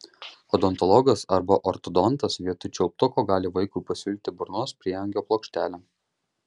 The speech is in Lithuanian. odontologas arba ortodontas vietoj čiulptuko gali vaikui pasiūlyti burnos prieangio plokštelę